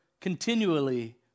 continually